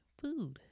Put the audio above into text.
food